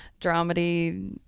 dramedy